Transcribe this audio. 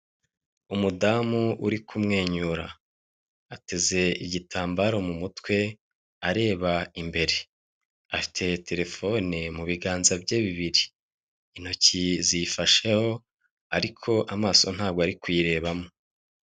Umudamu uri kumwenyura, ateze igitambaro mu mutwe areba imbere, afite telefone mu biganza bye bibiri, intoki zifasheho ariko amaso ntabwo ari kuyirebamo.